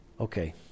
Okay